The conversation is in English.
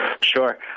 Sure